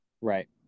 right